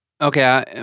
Okay